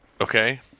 Okay